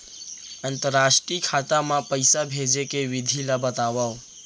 अंतरराष्ट्रीय खाता मा पइसा भेजे के विधि ला बतावव?